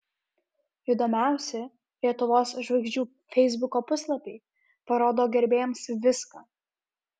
įdomiausi lietuvos žvaigždžių feisbuko puslapiai parodo gerbėjams viską